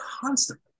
constantly